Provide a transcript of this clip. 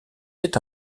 fait